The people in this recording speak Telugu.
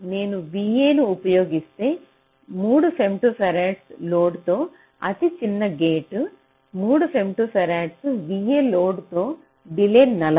నేను vA ను ఉపయోగిస్తే 3 ఫెమ్టోఫరాడ్ లోడ్తో అతిచిన్న గేట్ 3 ఫెమ్టోఫరాడ్స్ vA లోడ్తో డిలే 40